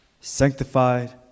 sanctified